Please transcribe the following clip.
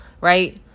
right